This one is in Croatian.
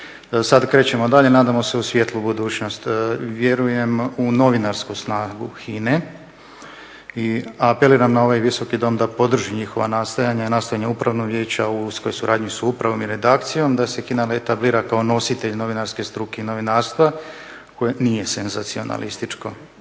Sad krećemo dalje, nadamo se u svijetlu budućnost. Vjerujem u novinarsku snagu HINA-e i apeliram na ovaj Visoki dom da podrži njihova nastojanja i nastojanja Upravnog vijeća u uskoj suradnji s upravom i redakcijom da se HINA etablira kao nositelj novinarske struke i novinarstva koje nije senzacionalističko.